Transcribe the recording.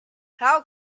how